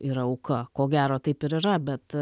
yra auka ko gero taip ir yra bet